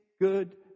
good